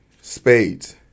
Spades